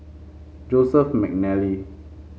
Joseph McNally